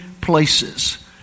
places